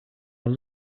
are